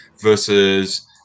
versus